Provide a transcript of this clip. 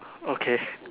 okay